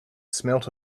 smelt